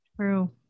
true